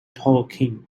talking